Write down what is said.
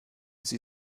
sie